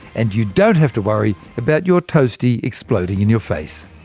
and you don't have to worry about your toastie exploding in your face!